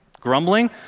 Grumbling